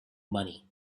money